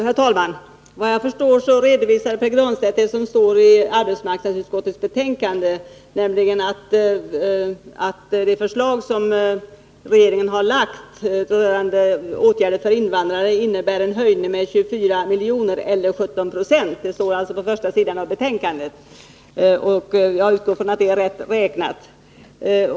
Herr talman! Vad jag förstår redovisade Pär Granstedt det som står i arbetsmarknadsutskottets betänkande, nämligen att det förslag som regeringen har lagt fram rörande åtgärder för invandrarna innebär en anslagshöjning med 24 miljoner eller med 17 90. Det står på första sidan i betänkandet, och jag utgår ifrån att det är rätt räknat.